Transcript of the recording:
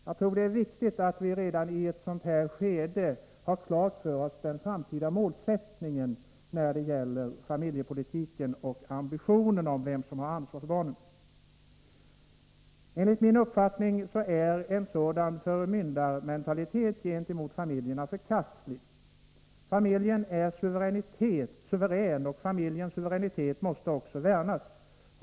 Jag tror att det är viktigt att vi redan i detta skede har den framtida målsättningen klar för oss när det gäller familjepolitiken och ambitionen när det gäller vem som har ansvar för barnen. Enligt min uppfattning är en sådan förmyndarmentalitet gentemot familjerna förkastlig. Familjen är suverän, och familjens suveränitet måste också värnas.